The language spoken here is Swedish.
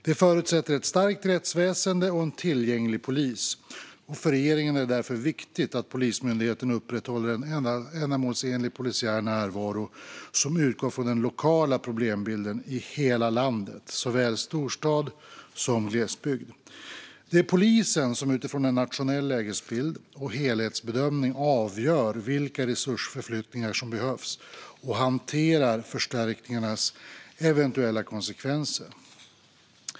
Det förutsätter ett starkt rättsväsen och en tillgänglig polis. För regeringen är det därför viktigt att Polismyndigheten upprätthåller en ändamålsenlig polisiär närvaro som utgår från den lokala problembilden i hela landet, såväl storstad som glesbygd. Det är polisen som utifrån en nationell lägesbild och helhetsbedömning avgör vilka resursförflyttningar som behövs och hanterar förstärkningarnas eventuella konsekvenser.